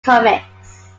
comics